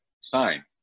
sign